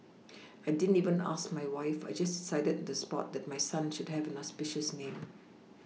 I didn't even ask my wife I just decided the spot that my son should have an auspicious name